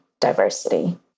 diversity